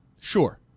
Sure